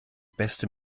beste